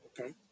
Okay